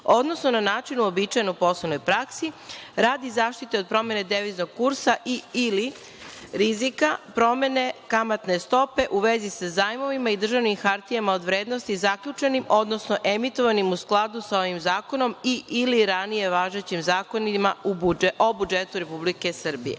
odnosno na način uobičajen u poslovnoj praksi, radi zaštite od promene deviznog kusa i/ili rizika promene kamatne stope u vezi sa zajmovima i državnim hartijama od vrednosti zaključenim, odnosno emitovanim u skladu sa ovim zakonom i/ili ranije važećim zakonima o budžetu Republike Srbije. Dakle,